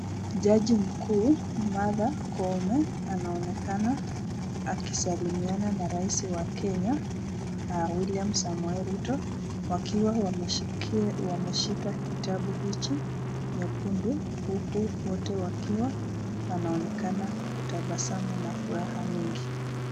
Jaji mkuu Martha Koome anaonekana akisalimiana na Rais wa kenya William Samoe Ruto wakiwa wameshika kitabu hichi nyekundu huku wote wakiwa wanaonekana kutabasamu na furaha mingi.